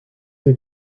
sie